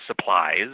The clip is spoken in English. supplies